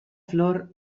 flor